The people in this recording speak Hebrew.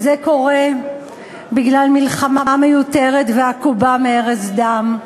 וזה קורה בגלל מלחמה מיותרת ועקובה מהרס ודם,